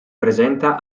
presenta